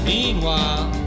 Meanwhile